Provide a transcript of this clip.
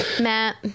Matt